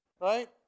right